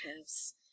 house